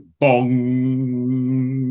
bong